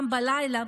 גם בלילה,